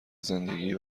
زندگی